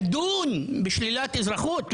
לא לשלול, לדון בשלילת אזרחות?